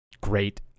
great